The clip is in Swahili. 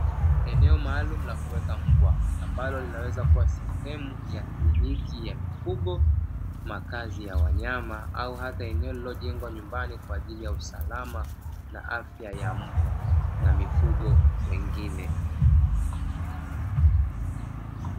Eneo maalumu la kuweka mbwa ambalo linaweza kuwa sehemu ya kliniki ya mifugo, makazi ya wanyama au hata eneo lililojengwa nyumbani kwa ajili ya usalama na afya ya mbwa na mifugo wengine.